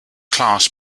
class